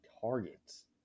targets